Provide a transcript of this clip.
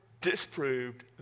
disproved